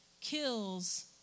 kills